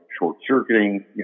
short-circuiting